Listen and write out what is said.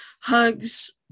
Hugs